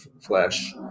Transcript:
flesh